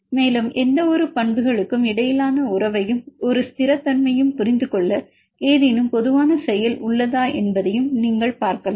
மேலும் எந்தவொரு பண்புகளுக்கும் இடையிலான உறவையும் ஒரு ஸ்திரத்தன்மையையும் புரிந்து கொள்ள ஏதேனும் பொதுவான செயல் உள்ளதா என்பதை நீங்கள் பார்க்கலாம்